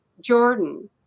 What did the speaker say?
Jordan